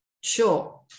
Sure